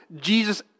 Jesus